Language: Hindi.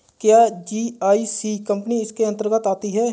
क्या जी.आई.सी कंपनी इसके अन्तर्गत आती है?